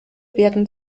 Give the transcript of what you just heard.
werden